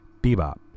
bebop